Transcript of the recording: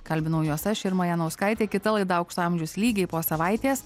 kalbinau juos aš irma janauskaitė kita laida aukso amžius lygiai po savaitės